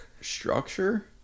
Structure